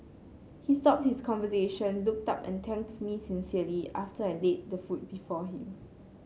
he stopped his conversation looked up and thanked me sincerely after I laid the food before him